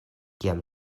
kiam